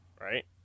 right